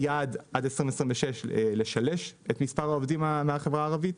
היעד עד 2026 לשלש את מספר העובדים מהחברה הערבית,